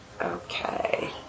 Okay